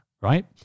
right